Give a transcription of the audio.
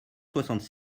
soixante